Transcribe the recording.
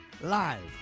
Live